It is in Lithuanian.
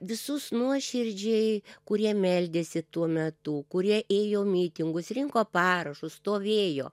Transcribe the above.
visus nuoširdžiai kurie meldėsi tuo metu kurie ėjo mitingus rinko parašus stovėjo